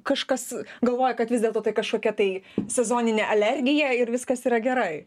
kažkas galvoja kad vis dėlto tai kažkokia tai sezoninė alergija ir viskas yra gerai